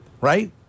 Right